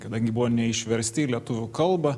kadangi buvo neišversti į lietuvių kalbą